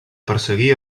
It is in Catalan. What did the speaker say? perseguir